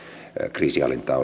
kriisinhallintaan